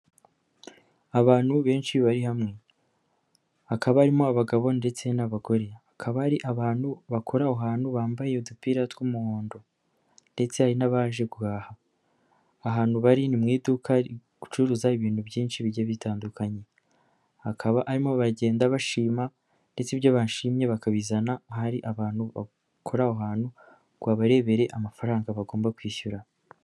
Abantu benshi bari hamwe, hakaba harimo abagabo ndetse n'abagore, hakaba hari abantu bakora aho hantu bambaye udupira tw'umuhondo ndetse hari n'abaje guhaha, ahantu bari ni mu iduka riri gucuruza ibintu byinshi bigiye bitandukanye, hakaba barimo bagenda bashima ndetse ibyo bashimye bakabizana ahari abantu bakora aho hantu, ngo abarebere amafaranga bagomba kwishyura.